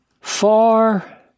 far